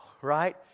right